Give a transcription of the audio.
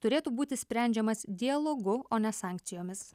turėtų būti sprendžiamas dialogu o ne sankcijomis